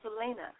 Selena